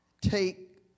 take